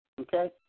Okay